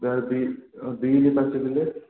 ଆଉ ବି ବିନ୍ ପାଞ୍ଚ କିଲୋ